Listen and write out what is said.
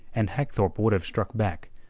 and hagthorpe would have struck back,